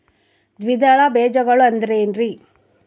ದ್ವಿದಳ ಬೇಜಗಳು ಅಂದರೇನ್ರಿ?